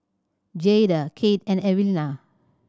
Jayda Kate and Evelena